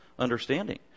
understanding